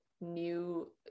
new